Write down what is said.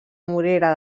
morera